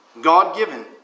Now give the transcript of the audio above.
God-given